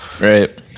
Right